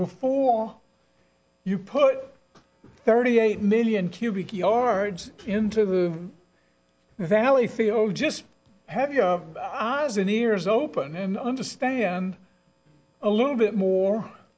before you put thirty eight million cubic yards into the valley field just have your eyes and ears open and understand a little bit